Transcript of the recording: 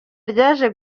ryaje